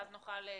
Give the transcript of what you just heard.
ואז נוכל להתקדם.